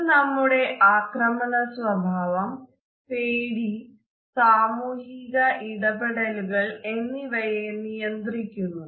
ഇത് നമ്മുടെ ആക്രമണ സ്വഭാവം പേടി സാമൂഹിക ഇടപെടലുകൾ എന്നിവയെ നിയന്ത്രിക്കുന്നു